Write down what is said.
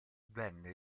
venne